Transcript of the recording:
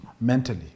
mentally